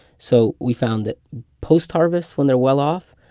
so we found that post-harvest, when they're well-off,